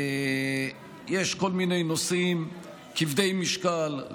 יש כל מיני נושאים כבדי משקל,